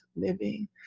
living